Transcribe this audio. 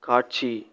காட்சி